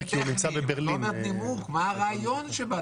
מה הרעיון?